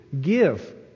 give